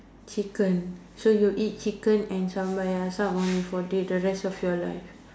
chicken so you eat chicken and sambal air asam only for the the rest of your life